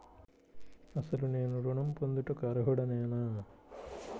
అసలు నేను ఋణం పొందుటకు అర్హుడనేన?